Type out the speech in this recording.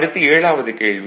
அடுத்து ஏழாவது கேள்வி